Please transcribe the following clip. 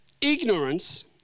ignorance